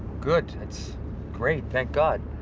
good. that's great. thank god.